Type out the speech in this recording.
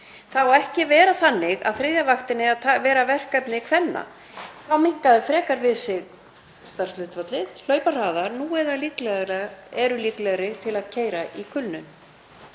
á ekki að vera þannig að þriðja vaktin eigi að vera verkefni kvenna. Þá minnka þær frekar við sig starfshlutfallið, hlaupa hraðar, nú eða eru líklegri til að keyra í kulnun.